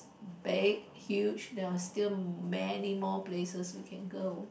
big huge there are still many more places we can go